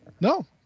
No